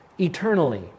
eternally